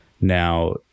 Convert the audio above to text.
Now